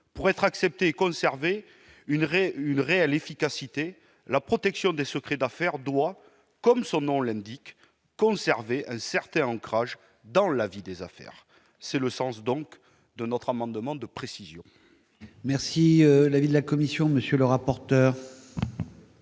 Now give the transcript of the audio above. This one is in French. Pour être acceptée et conserver une réelle efficacité, la protection des secrets d'affaires doit, comme son nom l'indique, conserver un certain ancrage dans la vie des affaires. Tel est le sens de notre amendement de précision. Quel est l'avis de la commission ? Cet